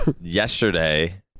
yesterday